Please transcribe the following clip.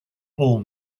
all